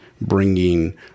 bringing